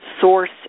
source